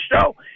show